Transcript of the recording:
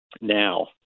now